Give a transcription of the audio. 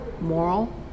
moral